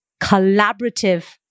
collaborative